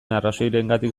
arrazoirengatik